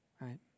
Right